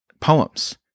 poems